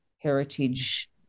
heritage